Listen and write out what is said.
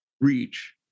reach